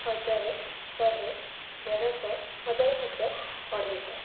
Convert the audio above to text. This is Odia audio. ହଜାରେ ଶହେ ଦେଢ଼ଶହ ହଜାର ପଚାଶ ଅଢ଼େଇଶ